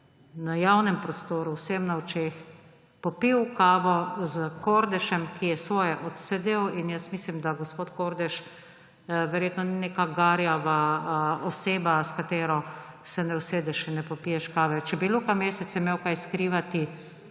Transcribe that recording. na javnem prostoru vsem na očeh popil kavo s Kordežem, ki je svoje odsedel? In jaz mislim, da gospod Kordež verjetno ni neka garjava oseba, s katero se ne usedeš in ne popiješ kave. Če bi Luka Mesec imel kaj skrivati,